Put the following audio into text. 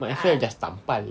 might as well just tampal